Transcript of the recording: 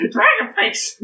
Dragonface